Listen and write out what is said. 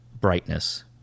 brightness